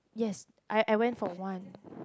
yes I I went for one